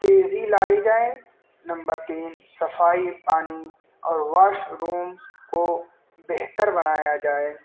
تیزی لائی جائے نمبر تین صفائی پانی اور واش رومس کو بہتر بنایا جائے